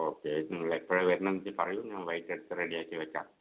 okay നിങ്ങൾ എപ്പോഴാണ് വരുന്നതെന്ന് വെച്ചാൽ പറയൂ ഞാൻ വൈകിട്ട് ഒക്കെ റെഡി ആക്കി വെക്കാം